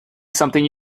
something